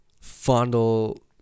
fondle